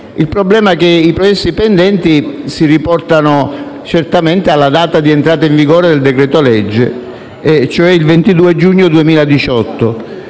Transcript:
Il problema è che i processi pendenti si riportano certamente alla data di entrata in vigore del decreto-legge, cioè il 22 giugno 2018,